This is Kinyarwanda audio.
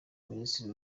minisitiri